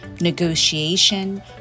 negotiation